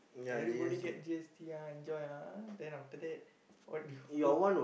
everybody get G_S_T ah enjoy ah then after that what you go